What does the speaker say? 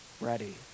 ready